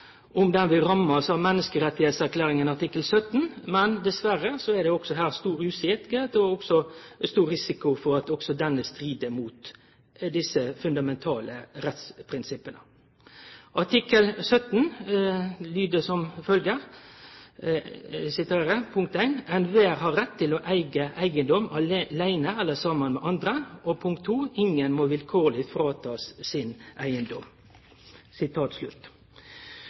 om ho vil bli ramma av artikkel 17 i mennesrettserklæringa, men dessverre er det også her stor usikkerheit, og også stor risiko, for at også ho strir mot desse fundamentale rettsprinsippa. Artikkel 17 lyder: «1. Enhver har rett til å eie eiendom alene eller sammen med andre. 2. Ingen må vilkårlig fratas sin eiendom.»